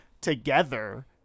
together